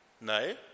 No